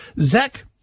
Zach